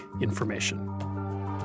information